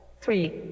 three